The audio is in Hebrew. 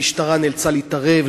המשטרה נאלצה להתערב,